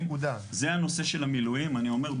אני אומר,